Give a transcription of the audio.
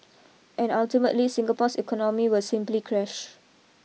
and ultimately Singapore's economy will simply crash